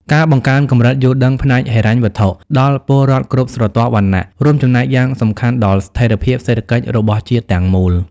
ការបង្កើនកម្រិតយល់ដឹងផ្នែកហិរញ្ញវត្ថុ ដល់ពលរដ្ឋគ្រប់ស្រទាប់វណ្ណៈ រួមចំណែកយ៉ាងសំខាន់ដល់ស្ថិរភាពសេដ្ឋកិច្ចរបស់ជាតិទាំងមូល។